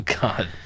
god